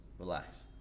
Relax